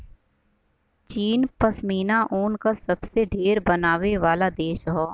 चीन पश्मीना ऊन क सबसे ढेर बनावे वाला देश हौ